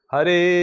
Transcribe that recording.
Hare